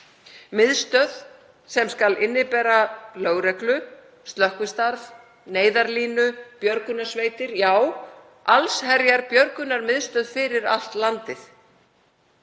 miðstöð fyrir lögreglu, slökkvistarf, Neyðarlínu, björgunarsveitir, já, allsherjarbjörgunarmiðstöð fyrir allt landið.